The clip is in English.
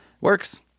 Works